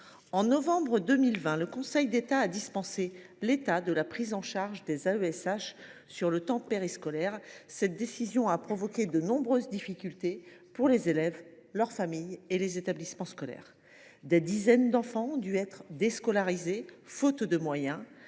En novembre 2020, le Conseil d’État a dispensé l’État de la prise en charge des AESH sur le temps périscolaire. Cette décision a provoqué de nombreuses difficultés pour les élèves, leurs familles et les établissements scolaires. Des dizaines d’enfants ont dû être déscolarisés, faute de moyens.